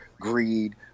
greed